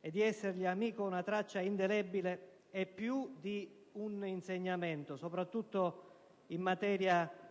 e di essergli amico, una traccia indelebile e più di un insegnamento, soprattutto in materia di reale